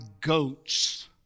goats